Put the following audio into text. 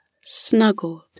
snuggled